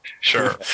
sure